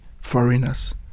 foreigners